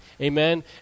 Amen